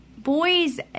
Boys